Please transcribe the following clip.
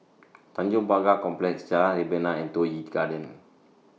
Tanjong Pagar Complex Jalan Rebana and Toh Yi Garden